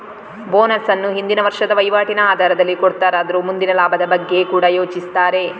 bonus ಅನ್ನು ಹಿಂದಿನ ವರ್ಷದ ವೈವಾಟಿನ ಆಧಾರದಲ್ಲಿ ಕೊಡ್ತಾರಾದ್ರೂ ಮುಂದಿನ ಲಾಭದ ಬಗ್ಗೆ ಕೂಡಾ ಯೋಚಿಸ್ತಾರೆ